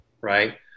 right